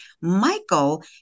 Michael